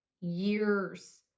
years